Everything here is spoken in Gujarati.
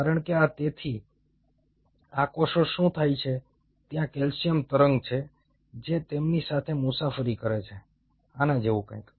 કારણ કે આ તેથી આ કોષોમાં શું થાય છે ત્યાં કેલ્શિયમ તરંગ છે જે તેમની સાથે મુસાફરી કરે છે આના જેવું કંઈક